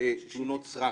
תלונות סרק,